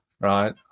right